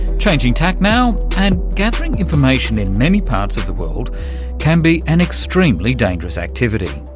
changing tack now and gathering information in many parts of the world can be an extremely dangerous activity.